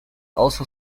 also